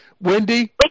Wendy